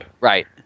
Right